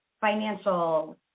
financial